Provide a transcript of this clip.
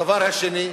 הדבר השני,